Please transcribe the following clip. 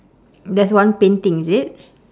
there's one painting is it